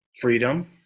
freedom